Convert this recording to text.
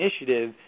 initiative